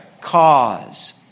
cause